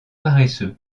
paresseux